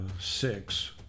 six